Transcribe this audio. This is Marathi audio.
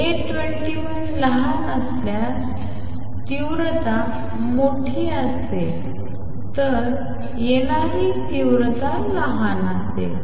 तर A21 लहान असल्यास तीव्रता मोठी असेल तर येणारी तीव्रता लहान असेल